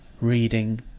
reading